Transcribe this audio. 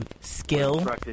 skill